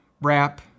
wrap